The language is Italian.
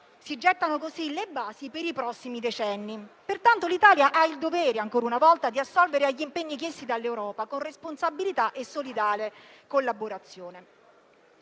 si gettano così le basi per i prossimi decenni. Pertanto l'Italia ha il dovere, ancora una volta, di assolvere agli impegni chiesti dall'Europa con responsabilità e solidale collaborazione.